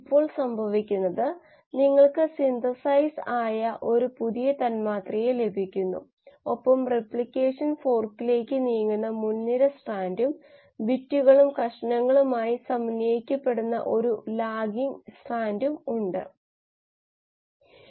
ഇവിടെ glucose 6 phosphate വഴി ribulose 5 phosphate fructose 6 ഫോസ്ഫേറ്റിലേക്ക് മടങ്ങുന്നു ഇവിടെ ഫോസ്ഫോനോൽ പൈറുവേറ്റ് ഓക്സലോഅസെറ്റിക് ആസിഡിലേക്കും പിന്നീട് ലൈസിനിലേക്കും പോകുന്നു പൈറുവേറ്റിന് ലൈസിനിലേക്കും പോകാം ഇവിടെ മറ്റൊരു ബ്രാഞ്ച് പോയിന്റുണ്ട് പൈറുവേറ്റ് മുതൽ അസറ്റൈൽ കോ വരെ